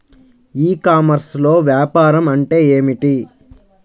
ఈ కామర్స్లో వ్యాపారం అంటే ఏమిటి?